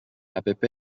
app